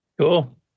Cool